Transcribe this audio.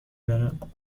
برم